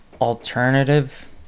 alternative